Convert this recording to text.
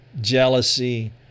jealousy